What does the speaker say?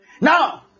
Now